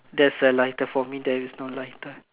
there is a lighter for me there is no lighter